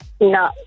No